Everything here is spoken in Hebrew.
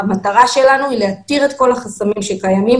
המטרה שלנו היא להתיר את כל החסמים שקיימים